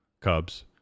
Cubs